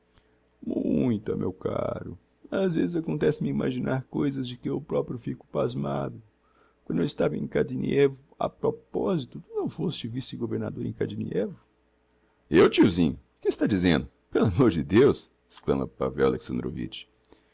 muita meu caro ás vezes acontece me imaginar coisas de que eu proprio fico pasmado quando eu estava em kadnievo a proposito tu não foste vice governador em kadnievo eu tiozinho que está dizendo pelo amor de deus exclama pavel alexandrovitch